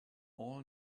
all